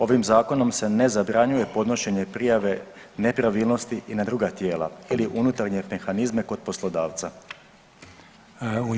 Ovim zakonom se ne zabranjuje podnošenje prijave nepravilnosti i na druga tijela ili unutarnje mehanizme kod poslodavca.